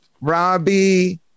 Robbie